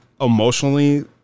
emotionally